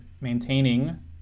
maintaining